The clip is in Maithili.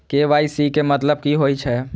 के.वाई.सी के मतलब कि होई छै?